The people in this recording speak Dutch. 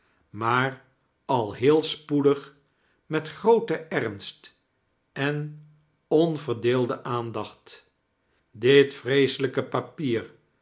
maar al heel spoedig met grooten ernst en onverdeelde aandacht dit vreeselijke papier